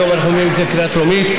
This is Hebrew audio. היום אנחנו מביאים את זה לקריאה טרומית.